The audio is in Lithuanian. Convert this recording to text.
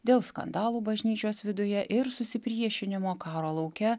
dėl skandalų bažnyčios viduje ir susipriešinimo karo lauke